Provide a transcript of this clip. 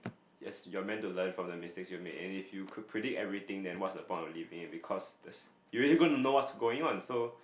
yes we're meant to learn from the mistakes you made and if you could predict everything then what's the point of living because that's you already gonna know what's going on so